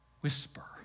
whisper